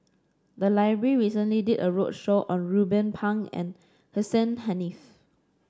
the library recently did a roadshow on Ruben Pang and Hussein Haniff